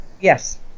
yes